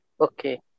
Okay